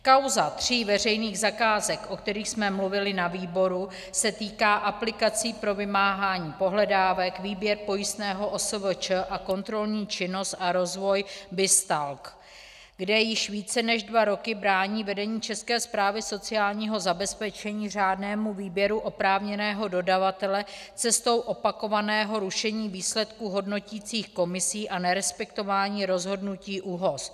Kauza tří veřejných zakázek, o kterých jsme mluvili na výboru, se týká aplikací pro vymáhání pohledávek, výběr pojistného OSVČ a kontrolní činnost a rozvoj BizTalk, kde již více než dva roky brání vedení České správy sociálního zabezpečení řádnému výběru oprávněného dodavatele cestou opakovaného rušení výsledků hodnoticích komisí a nerespektování rozhodnutí ÚOHS.